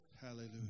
Hallelujah